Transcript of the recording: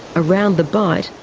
around the bight,